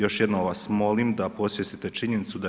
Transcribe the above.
Još jednom vas molim da … činjenicu da 4/